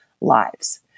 lives